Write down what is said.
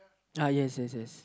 uh yes yes yes